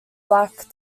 black